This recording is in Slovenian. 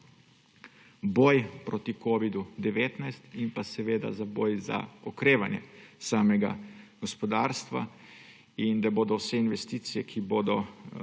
bolj proti covidu-19 in seveda za boj za okrevanje samega gospodarstva in da bodo vse investicije, ki bodo